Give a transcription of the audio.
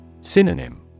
Synonym